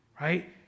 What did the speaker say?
right